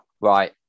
Right